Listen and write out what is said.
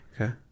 Okay